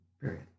Period